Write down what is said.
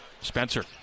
Spencer